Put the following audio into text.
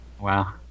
Wow